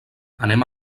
anem